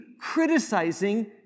criticizing